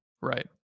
right